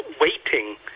waiting